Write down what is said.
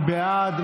מי בעד?